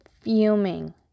fuming